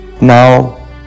now